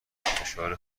فشار